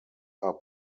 are